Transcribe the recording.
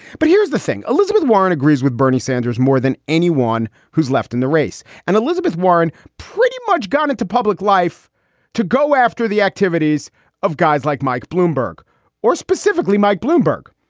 but here's the thing. elizabeth warren agrees with bernie sanders more than anyone who's left in the race. and elizabeth warren pretty much gone into public life to go after the activities of guys like mike bloomberg or specifically mike bloomberg.